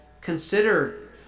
consider